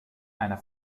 einer